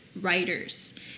writers